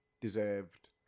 deserved